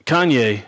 Kanye